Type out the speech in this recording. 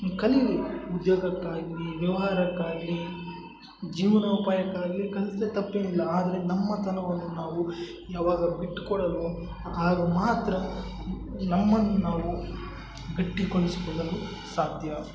ಕಲೀಲಿ ಉದ್ಯೋಗಕ್ಕಾಗಲೀ ವ್ಯವಹಾರಕ್ಕಾಗಲೀ ಜೀವನ ಉಪಾಯಕ್ಕಾಗಲೀ ಕಲ್ಸಿದ್ರೆ ತಪ್ಪೇನಿಲ್ಲ ಆದರೆ ನಮ್ಮ ತನವನ್ನು ನಾವು ಯಾವಾಗ ಬಿಟ್ಟು ಕೊಡೋಲ್ವೋ ಆಗ ಮಾತ್ರ ನಮ್ಮನ್ನು ನಾವು ಗಟ್ಟಿಗೊಳಿಸಿಕೊಳ್ಳಲು ಸಾಧ್ಯ